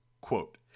Quote